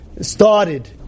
started